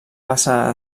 passar